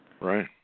Right